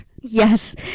yes